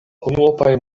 unuopaj